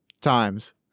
times